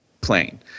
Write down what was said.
plane